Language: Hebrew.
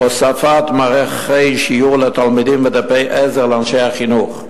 הוספת מערכי שיעור לתלמידים ודפי עזר לאנשי החינוך,